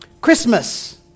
Christmas